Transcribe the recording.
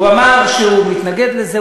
הוא אמר שהוא מתנגד לזה,